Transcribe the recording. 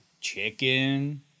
chicken